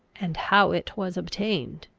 and how it was obtained.